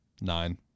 Nine